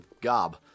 gob